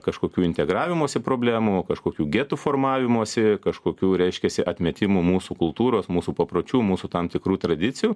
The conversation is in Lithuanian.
kažkokių integravimosi problemų kažkokių getų formavimosi kažkokių reiškiasi atmetimų mūsų kultūros mūsų papročių mūsų tam tikrų tradicijų